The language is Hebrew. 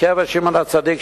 בקבר שמעון הצדיק,